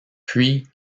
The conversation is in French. puis